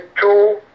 two